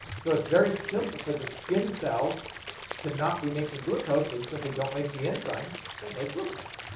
so it's very simple for the skin cells to not be making glucose. they simply don't make the enzymes that make glucose.